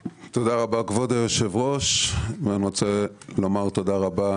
כבוד היושב-ראש, אני רוצה לומר תודה רבה